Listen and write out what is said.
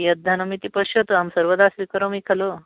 कियत् धनम् इति पश्यतु अहं सर्वदा स्वीकरोमि खलु